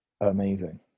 Amazing